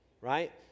right